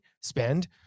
spend